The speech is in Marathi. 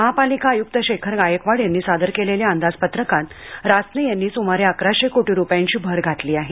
महापालिका आयुक्त शेखर गायकवाड यांनी सादर केलेल्या अंदाजपत्रकात रासने यांनी सुमारे अकराशे कोटी रुपयांची भर घातली आहे